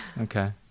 okay